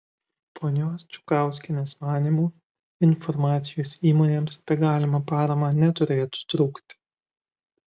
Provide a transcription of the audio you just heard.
ponios čukauskienės manymu informacijos įmonėms apie galimą paramą neturėtų trūkti